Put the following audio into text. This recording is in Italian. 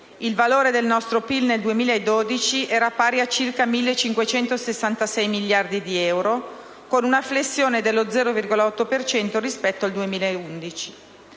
Il valore del nostro PIL nel 2012 era pari a circa 1.566 miliardi di euro, con una flessione dello 0,8 per cento rispetto al 2011.